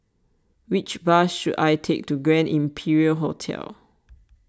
which bus should I take to Grand Imperial Hotel